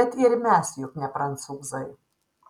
bet ir mes juk ne prancūzai